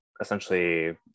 essentially